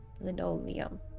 Linoleum